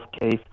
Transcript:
case